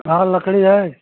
हाँ लकड़ी है